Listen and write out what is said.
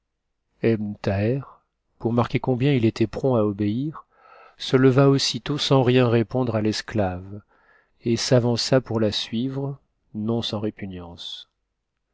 pour marquer combien il était prompt à obéir se leva aussitôt sans rien répondre à l'esclave et s'avança pour la suivre non sans répugnance